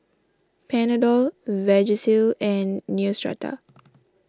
Panadol Vagisil and Neostrata